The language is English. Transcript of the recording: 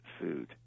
food